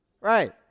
Right